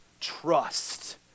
Trust